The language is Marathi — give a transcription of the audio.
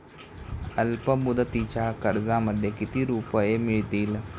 अल्पमुदतीच्या कर्जामध्ये किती रुपये मिळतील?